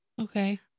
Okay